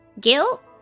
Guilt